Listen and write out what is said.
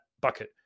bucket